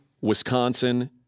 Wisconsin